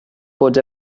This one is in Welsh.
bod